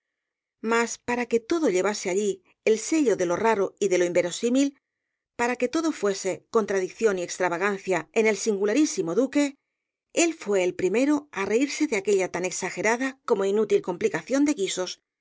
mas para que todo llevase allí el sello de lo raro y de lo inverosímil para que todo fuese contradicción y extravagancia en el singularísimo duque él fué el primero á reírse de aquella tan exagerada como inútil complicación de guisos